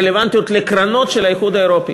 הן רלוונטיות לקרנות של האיחוד האירופי,